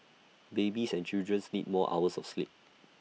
babies and children's need more hours of sleep